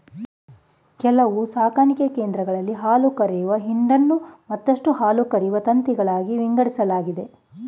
ಕೆಲವು ಸಾಕಣೆ ಕೇಂದ್ರಗಳಲ್ಲಿ ಹಾಲುಕರೆಯುವ ಹಿಂಡನ್ನು ಮತ್ತಷ್ಟು ಹಾಲುಕರೆಯುವ ತಂತಿಗಳಾಗಿ ವಿಂಗಡಿಸಲಾಗಿದೆ